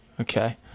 Okay